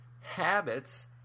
habits